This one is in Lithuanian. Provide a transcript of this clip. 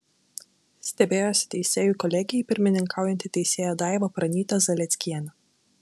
stebėjosi teisėjų kolegijai pirmininkaujanti teisėja daiva pranytė zalieckienė